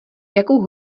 jakou